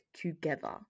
together